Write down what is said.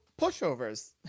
pushovers